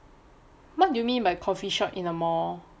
what do you mean by coffee shop in a mall